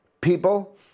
people